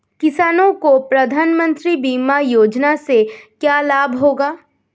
किसानों को प्रधानमंत्री बीमा योजना से क्या लाभ होगा?